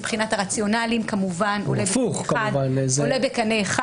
מבחינת הרציונלים כמובן הוא עולה בקנה אחד